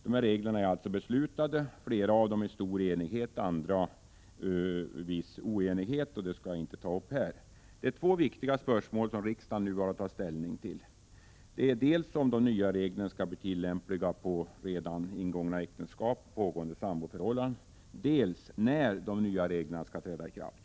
Dessa regler är alltså beslutade, flera av dem i stor enighet, andra under viss oenighet — det skall jag inte ta upp här. Det är två viktiga spörsmål som riksdagen nu har att ta ställning till. Det är dels om de nya reglerna skall bli tillämpliga på redan ingångna äktenskap och pågående samboförhållanden, dels när de nya reglerna skall träda i kraft.